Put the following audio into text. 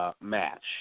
Match